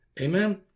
Amen